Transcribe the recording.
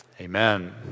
Amen